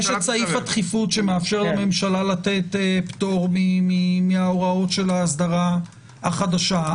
יש את סעיף הדחיפות שמאפשר לממשלה לתת פטור מן ההוראות של האסדרה החדשה.